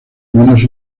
menos